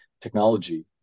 technology